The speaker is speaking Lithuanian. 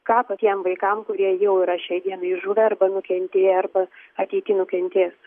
ką patiem vaikam kurie jau yra šiai dienai žuvę arba nukentėję arba ateity nukentės